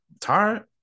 tired